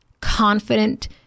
confident